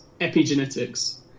epigenetics